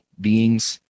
beings